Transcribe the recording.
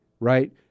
Right